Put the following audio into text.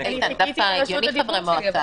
דווקא הגיוני חברי מועצה.